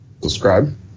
subscribe